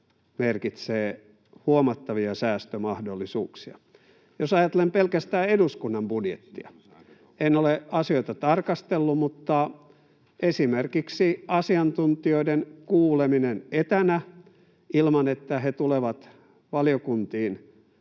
merkitsee huomattavia säästömahdollisuuksia. Jos ajattelen pelkästään eduskunnan budjettia, en ole asioita tarkastellut, mutta esimerkiksi asiantuntijoiden kuuleminen etänä ilman, että he tulevat valiokuntiin